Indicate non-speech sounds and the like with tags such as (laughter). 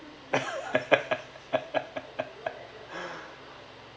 (laughs)